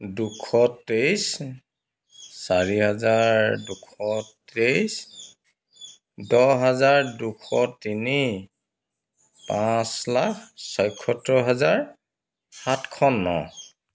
দুশ তেইছ চাৰি হাজাৰ দুশ তেইছ দহ হাজাৰ দুশ তিনি পাঁচ লাখ ছয়সত্তৰ হাজাৰ সাতশ ন